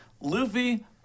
Luffy